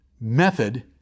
method